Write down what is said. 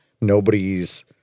nobody's